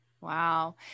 Wow